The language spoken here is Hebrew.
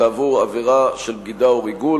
כאמור עבירה של בגידה או ריגול,